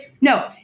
No